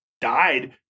died